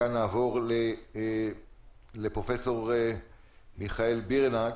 מכאן נעבור לפרופסור מיכאל בירנהק.